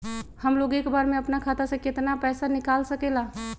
हमलोग एक बार में अपना खाता से केतना पैसा निकाल सकेला?